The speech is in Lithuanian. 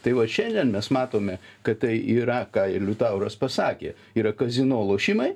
tai vat šiandien mes matome kad tai yra ką ir liutauras pasakė yra kazino lošimai